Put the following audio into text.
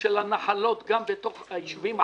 של הנחלות גם בתוך היישובים החקלאיים.